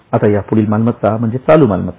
आता यापुढील मालमत्ता म्हणजे चालू मालमत्ता